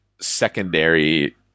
secondary